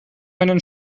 einen